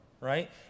right